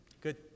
Good